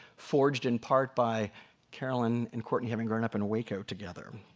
forged in part by carolyn and courtney having grown up in waco together.